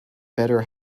better